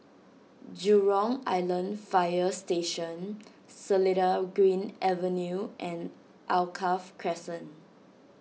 Jurong Island Fire Station Seletar Green Avenue and Alkaff Crescent